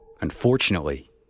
Unfortunately